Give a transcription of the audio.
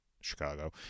Chicago